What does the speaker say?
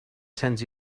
sends